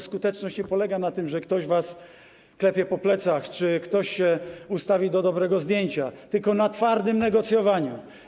Skuteczność nie polega na tym, że ktoś was klepie po plecach czy ktoś się ustawi do dobrego zdjęcia, tylko na twardym negocjowaniu.